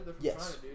Yes